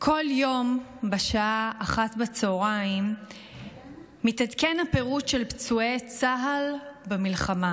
כל יום בשעה 13:00 מתעדכן הפירוט של פצועי צה"ל במלחמה.